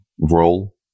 role